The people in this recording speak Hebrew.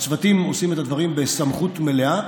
הצוותים עושים את הדברים בסמכות מלאה,